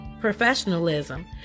professionalism